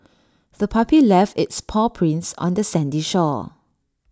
the puppy left its paw prints on the sandy shore